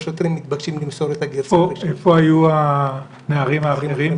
איפה היו הנערים האחרים?